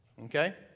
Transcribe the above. Okay